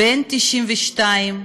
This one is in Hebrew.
בן 92,